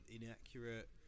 inaccurate